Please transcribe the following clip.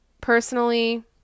personally